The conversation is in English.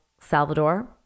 Salvador